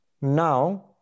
Now